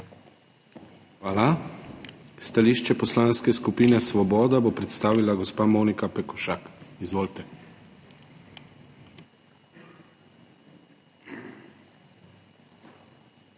Hvala. Stališče Poslanske skupine Svoboda bo predstavila gospa Monika Pekošak. Izvolite.